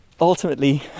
ultimately